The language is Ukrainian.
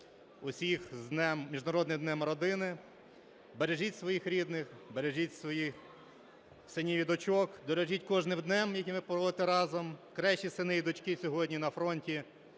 усіх з Міжнародним днем родини. Бережіть своїх рідних, бережіть своїх синів і дочок. Дорожіть кожним днем, які ви проводите разом. Кращі сини і дочки сьогодні на фронті